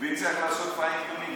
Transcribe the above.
ואם צריך לעשות fine tuning,